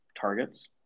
targets